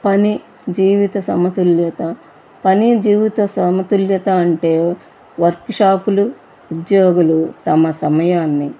పని జీవిత సమతుల్యత పని జీవిత సమతుల్యత అంటే వర్క్ షాపులు ఉద్యోగులు తమ సమయాన్ని